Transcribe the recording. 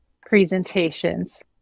presentations